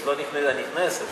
הנכנסת.